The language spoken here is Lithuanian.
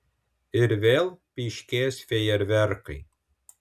ir vėl pyškės fejerverkai